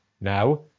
Now